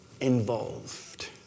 involved